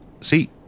See